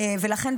לכן,